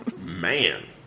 Man